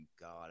God